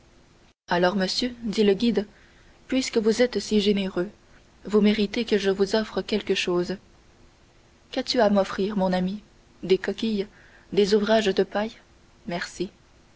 alors monsieur dit le guide puisque vous êtes si généreux vous méritez que je vous offre quelque chose qu'as-tu à m'offrir mon ami des coquilles des ouvrages de paille merci